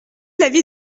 l’avis